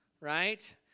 right